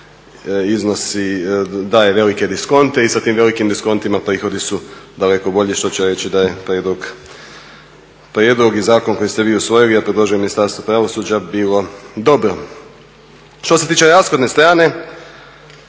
vrijeme daje velike diskonte i sa tim velikim diskontima prihodi su daleko bolji, što će reći da je prijedlog i zakon koji ste vi usvojili, a predložilo Ministarstvo pravosuđa bilo dobro. Što se tiče rashodne strane,